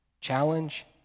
challenge